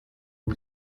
ubu